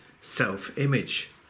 self-image